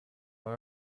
are